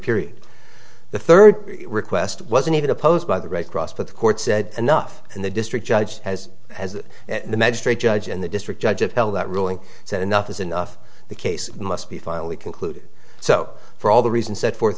period the third request wasn't even opposed by the red cross but the court said enough and the district judge has as the magistrate judge and the district judge upheld that ruling said enough is enough the case must be finally concluded so for all the reasons set forth